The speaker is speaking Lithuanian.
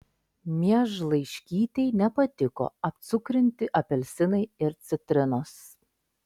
miežlaiškytei nepatiko apcukrinti apelsinai ir citrinos